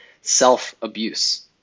self-abuse